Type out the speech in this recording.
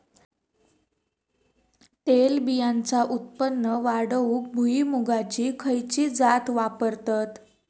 तेलबियांचा उत्पन्न वाढवूक भुईमूगाची खयची जात वापरतत?